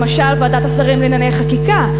למשל ועדת השרים לענייני חקיקה.